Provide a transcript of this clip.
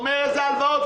הוא אומר: איזה הלוואות?